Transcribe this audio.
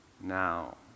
Now